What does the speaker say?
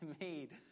made